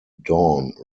dawn